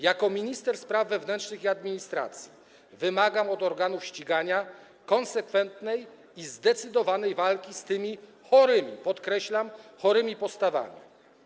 Jako minister spraw wewnętrznych i administracji wymagam od organów ścigania konsekwentnej i zdecydowanej walki z tymi chorymi, podkreślam, chorymi postawami.